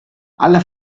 alla